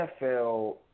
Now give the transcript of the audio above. NFL